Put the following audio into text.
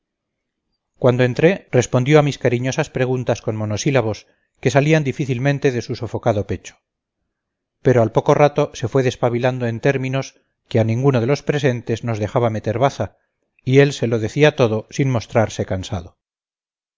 cuando entré respondió a mis cariñosas preguntas con monosílabos que salían difícilmente de su sofocado pecho pero al poco rato se fue despabilando en términos que a ninguno de los presentes nos dejaba meter baza y él se lo decía todo sin mostrarse cansado